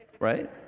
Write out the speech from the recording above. right